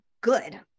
good